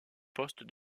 poste